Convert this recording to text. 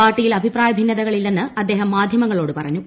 പാർട്ടിയിൽ അഭിപ്രായ ഭിന്നതകളില്ലെന്ന് അദ്ദേഹം മാധ്യമ ങ്ങളോട് പറഞ്ഞു